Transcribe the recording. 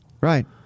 Right